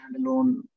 standalone